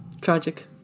Tragic